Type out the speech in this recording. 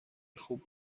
خوب